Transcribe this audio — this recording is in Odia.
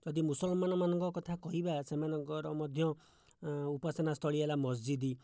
ଯଦି ମୁସଲମାନମାନଙ୍କ କଥା କହିବା ସେମାନଙ୍କର ମଧ୍ୟ ଉପାସନାସ୍ଥଳୀ ହେଲା ମସଜିଦ୍